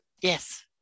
yes